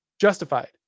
justified